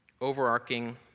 overarching